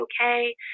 okay